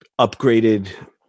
upgraded